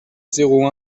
zéro